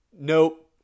Nope